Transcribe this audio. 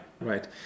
right